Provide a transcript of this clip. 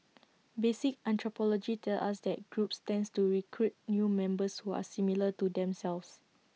basic anthropology tells us that groups tends to recruit new members who are similar to themselves